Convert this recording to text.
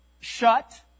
shut